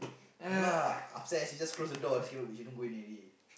ya lah after that she just close the door then she she don't go in already